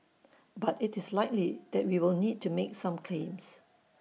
but IT is likely that we will need to make some claims